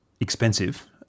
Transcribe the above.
expensive